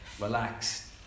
Relax